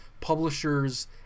publishers